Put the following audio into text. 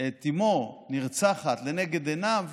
את אימו נרצחת לנגד עיניו